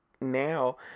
now